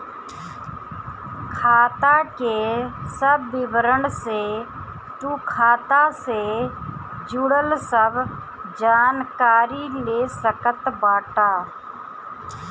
खाता के सब विवरण से तू खाता से जुड़ल सब जानकारी ले सकत बाटअ